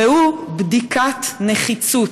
והוא בדיקת נחיצות,